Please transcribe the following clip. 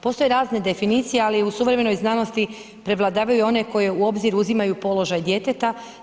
Postoji razne definicije, ali u suvremenoj znanosti, prevladavaju one koje u obzir uzimaju položaj djeteta.